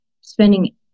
spending